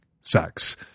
sex